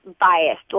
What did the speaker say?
biased